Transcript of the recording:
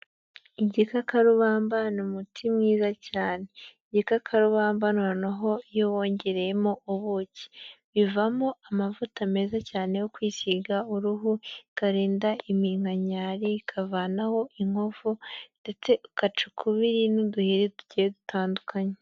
Igikakarubamba ni umuti mwiza cyane, igikakarubamba noneho iyo wongereyemo ubuki, bivamo amavuta meza cyane yo kwisiga uruhu, ikarinda iminkanyari, ikavanaho inkovu ndetse ugaca ukubiri n'uduheri tugiye dutandukanye.